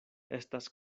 estas